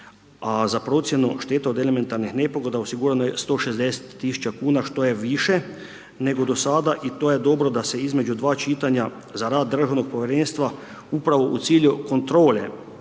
za procjenu šteta od elementarnih nepogoda osigurano je 160 000 kuna što je više nego do sada i to je dobro da se između dv čitanja za rad državnog povjerenstva upravo u cilju kontrole